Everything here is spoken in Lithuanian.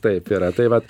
taip yra tai vat